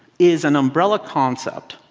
is an umbrella concept.